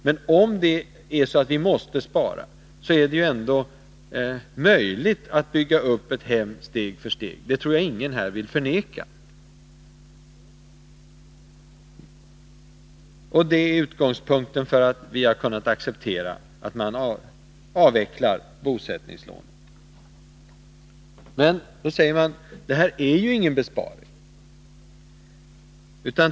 Men om vi måste spara, så är det ju ändå möjligt att bygga upp ett hem steg för steg. Det tror jag ingen här vill förneka. Detta är utgåugspunkten för att vi har kunnat acceptera att man avvecklar bosättningslånen. Men då säger man: Det här är ingen besparing.